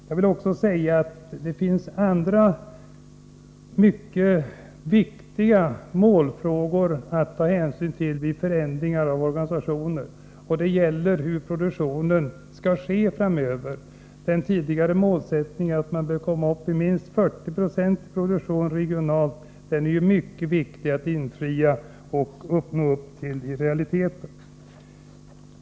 Jag vill också säga att det finns andra mycket viktiga målfrågor att ta hänsyn till vid förändringar av organisationer, och det gäller hur produktionen skall ske framöver. Den tidigare målsättningen, att man bör komma upp i minst 40 20 produktion regionalt, är mycket viktig att infria och nå upp till i realiteten.